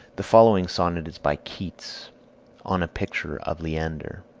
the following sonnet is by keats on a picture of leander